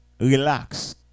relax